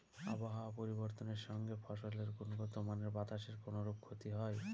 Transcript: আবহাওয়ার পরিবর্তনের সঙ্গে ফসলের গুণগতমানের বাতাসের কোনরূপ ক্ষতি হয়?